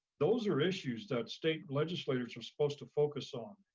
those are issues that state legislators are supposed to focus on.